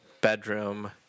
bedroom